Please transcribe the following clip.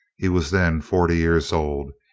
he was then forty years old,